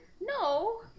No